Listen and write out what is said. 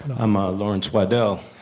i'm ah lawrence waddell,